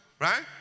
right